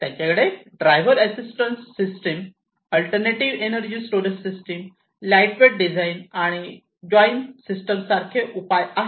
त्यांच्याकडे driver assistant system alternative energy storage system light weight design आणि join system सारखे उपाय आहेत